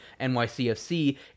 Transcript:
NYCFC